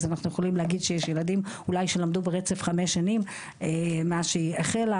אז אנחנו יכולים להגיד אולי שלמדו ברצף 5 שנים מאז שהיא החלה,